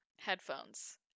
headphones